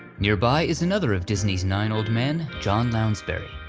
nearby is another of disney's nine old men, john lounsbery.